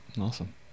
Awesome